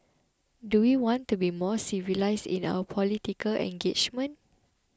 do we want to be more civilised in our political engagement